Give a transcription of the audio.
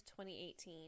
2018